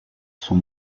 sont